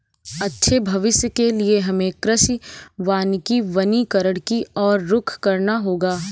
अच्छे भविष्य के लिए हमें कृषि वानिकी वनीकरण की और रुख करना होगा